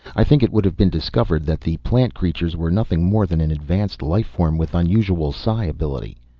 i think it would have been discovered that the plant creatures were nothing more than an advanced life form with unusual psi ability.